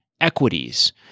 equities